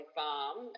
farm